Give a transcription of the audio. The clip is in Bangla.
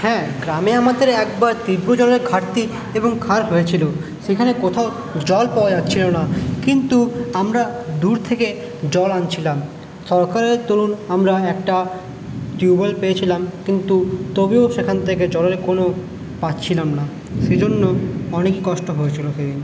হ্যাঁ গ্রামে আমাদের একবার তীব্র জলের ঘাটতি এবং খার হয়েছিল সেখানে কোথাও জল পাওয়া যাচ্ছিল না কিন্তু আমরা দূর থেকে জল আনছিলাম সরকারের দরুন আমরা একটা টিউবয়েল পেয়েছিলাম কিন্তু তবুও সেখান থেকে জলের কোনো পাচ্ছিলাম না সেজন্য অনেকই কষ্ট হয়েছিল সেদিন